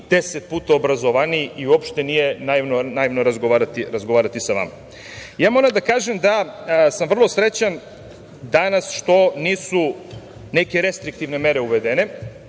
deset puta obrazovaniji i uopšte nije naivno razgovarati sa vama. Ja moram da kažem da sam vrlo srećan danas što nisu neke restriktivne mere uvedene